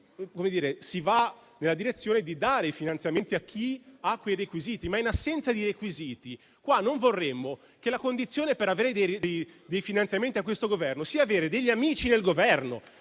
si va nella direzione di dare i finanziamenti a chi li possiede. In assenza di requisiti, non vorremmo che la condizione per avere dei finanziamenti da questo Governo sia avere degli amici nel Governo